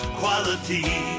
quality